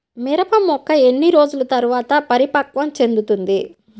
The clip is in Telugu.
మిరప మొక్క ఎన్ని రోజుల తర్వాత పరిపక్వం చెందుతుంది?